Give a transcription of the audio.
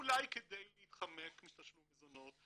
אולי כדי להתחמק מתשלום מזונות,